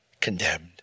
condemned